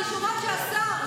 אני שומעת שהשר,